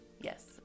yes